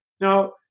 Now